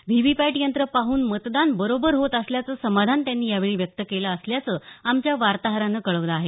V V पॅट यंत्र पाहून मतदान बरोबर होत असल्याचं समाधान त्यांनी यावेळी व्यक्त केलं असल्याचं आमच्या वार्ताहरांन कळवलं आहे